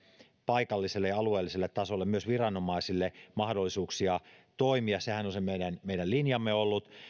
paikalliselle ja alueelliselle tasolle myös viranomaisille mahdollisuuksia toimia sehän on se meidän meidän linjamme ollut